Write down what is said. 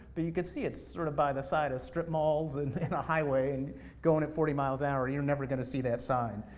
but you can see it's sort of by the side of strip malls, and in a highway, and going at forty miles an hour, you're never going to see that sign.